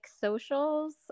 socials